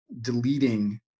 deleting